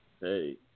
Hey